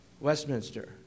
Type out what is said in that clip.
Westminster